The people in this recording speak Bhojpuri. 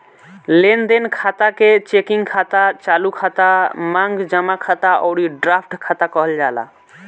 लेनदेन खाता के चेकिंग खाता, चालू खाता, मांग जमा खाता अउरी ड्राफ्ट खाता कहल जाला